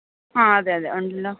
ആ അതേ അതേ ഉണ്ടല്ലൊ